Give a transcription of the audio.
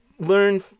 learn